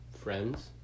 friends